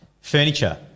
furniture